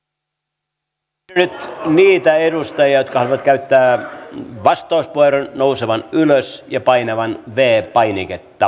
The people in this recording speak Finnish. pyydän nyt niitä edustajia jotka haluavat käyttää vastauspuheenvuoron nousemaan ylös ja painamaan v painiketta